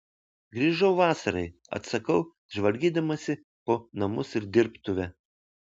grįžau vasarai atsakau žvalgydamasi po namus ir dirbtuvę